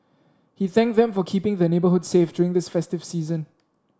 he thanked them for keeping the neighbourhood safe during this festive season